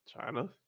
China